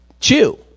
Chew